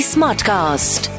Smartcast